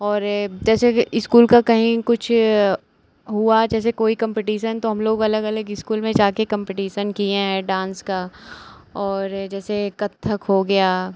और जैसे कि इस्कूल का कहीं कुछ हुआ जैसे कोई कम्पटीसन तो हम लोग अलग अलग इस्कूल में जाकर कम्पटीसन किए हैं डांस का और यह जैसे कत्थक हो गया